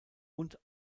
und